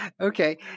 Okay